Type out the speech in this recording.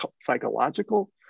psychological